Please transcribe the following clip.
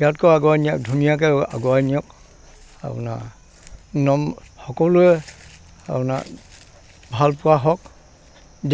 ইয়াতকৈও আগুৱাই নিয়ক ধুনীয়াকৈ আগুৱাই নিয়ক আপোনাৰ নম সকলোৱে আপোনাৰ ভালপোৱা হওক